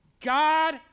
God